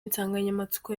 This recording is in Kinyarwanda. insanganyamatsiko